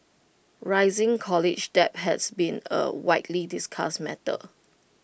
rising college debt has been A widely discussed matter